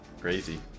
Crazy